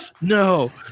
no